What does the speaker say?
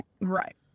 Right